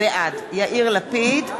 (קוראת בשמות חברי הכנסת) יאיר לפיד,